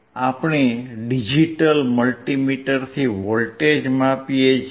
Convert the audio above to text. આપણે ડિજિટલ મલ્ટિમીટરથી વોલ્ટેજ માપી શકીએ છીએ